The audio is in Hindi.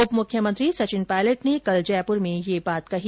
उप मुख्यमंत्री सचिन पायलट ने कल जयपुर में यह बात कही